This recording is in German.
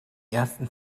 ersten